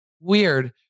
Weird